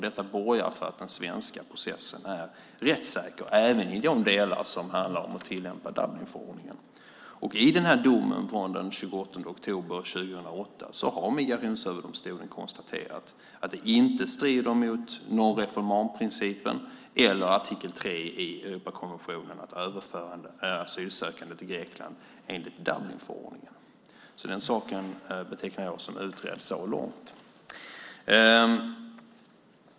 Detta borgar för att den svenska processen är rättssäker även i de delar som handlar om att tillämpa Dublinförordningen. I domen från den 28 oktober 2008 har Migrationsöverdomstolen konstaterat att det inte strider mot non-refoulement principen eller artikel 3 i Europakonventionen att överföra asylsökande till Grekland enligt Dublinförordningen. Den saken betraktar jag som utredd så långt.